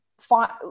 find